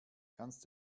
kannst